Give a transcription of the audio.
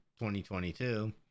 2022